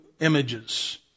images